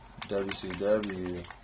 WCW